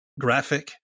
graphic